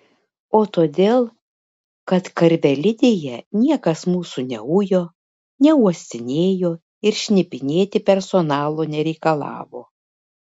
o todėl kad karvelidėje niekas mūsų neujo neuostinėjo ir šnipinėti personalo nereikalavo